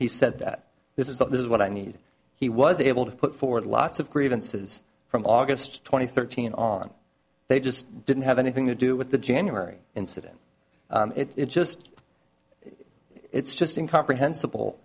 he said that this is what i need he was able to put forward lots of grievances from august twenty thirty and on they just didn't have anything to do with the january incident it just it's just incomprehensible